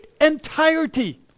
entirety